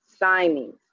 signings